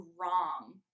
wrong